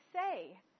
say